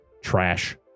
trash